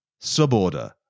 Suborder